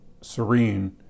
serene